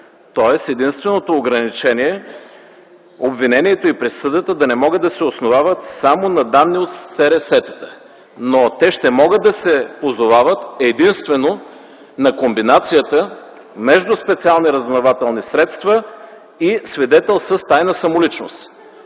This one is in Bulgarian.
тоест единственото ограничение обвинението и присъдата да не могат да се основават само на данни от СРС-тата, но те ще могат да се позовават единствено на комбинацията между специални разузнавателни средства и свидетел с тайна самоличност.